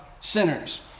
sinners